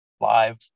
live